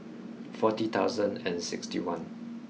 forty thousand and sixty one